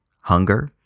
hunger